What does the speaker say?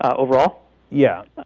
overall yeah